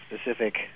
specific